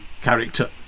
character